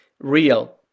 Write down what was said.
real